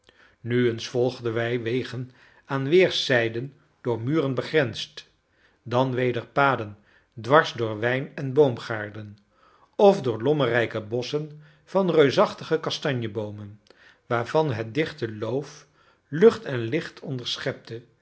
nu eens volgden wij wegen aan weerszijden door muren begrensd dan weder paden dwars door wijn en boomgaarden of door lommerrijke bosschen van reusachtige kastanjeboomen waarvan het dichte loof lucht en licht onderschepte